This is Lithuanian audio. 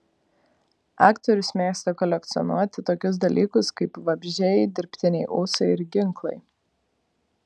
aktorius mėgsta kolekcionuoti tokius dalykus kaip vabzdžiai dirbtiniai ūsai ir ginklai